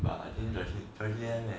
but I think joycelyn joycelyn had